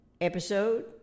Episode